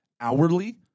hourly